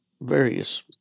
various